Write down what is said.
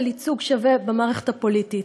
של ייצוג שווה במערכת הפוליטית,